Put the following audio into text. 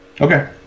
Okay